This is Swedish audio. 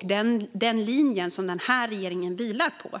Det är den linje som regeringen vilar på